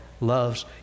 loves